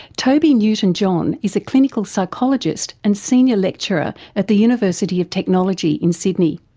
toby newton-john is a clinical psychologist and senior lecturer at the university of technology in sydney.